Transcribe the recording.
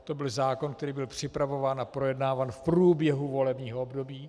To byl zákon, který byl připravován a projednáván v průběhu volebního období.